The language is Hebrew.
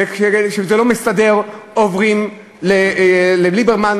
וכשזה לא מסתדר עוברים לליברמן,